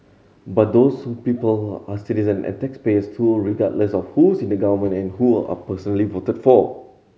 but those people are citizen and taxpayers too regardless of who's in government and who are personally voted for